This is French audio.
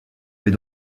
vais